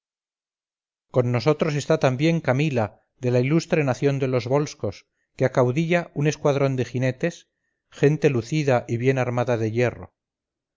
con nosotros está también camila de la ilustre nación de los volscos que acaudilla un escuadrón de jinetes gente lucida y bien armada de hierro